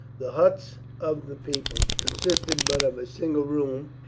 the huts of the people consisted but of a single room,